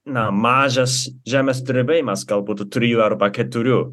na mažas žemės drebėjimas galbūt trijų arba keturių